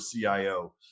CIO